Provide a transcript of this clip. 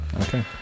Okay